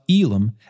Elam